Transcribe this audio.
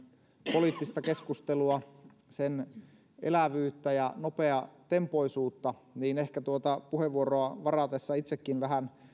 poliittista keskustelua sen elävyyttä ja nopeatempoisuutta niin ehkä tuota puheenvuoroa varatessa itsekin vähän